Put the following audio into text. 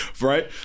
Right